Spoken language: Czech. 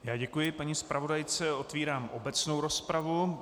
Já děkuji paní zpravodajce a otevírám obecnou rozpravu.